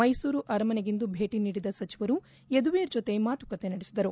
ಮೈಸೂರು ಅರಮನೆಗಿಂದು ಭೇಟಿ ನೀಡಿದ ಸಚಿವರು ಯದುವೀರ್ ಜತೆ ಮಾತುಕತೆ ನಡೆಸಿದರು